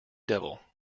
devil